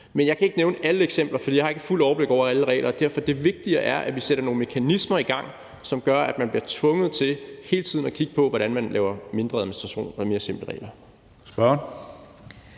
Men jeg kan ikke nævne alle eksempler, for jeg har ikke et fuldt overblik over alle regler, og derfor er det vigtigere, at vi sætter nogle mekanismer i gang, som gør, at man bliver tvunget til hele tiden at kigge på, hvordan man laver mindre administration og mere simple regler.